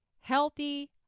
healthy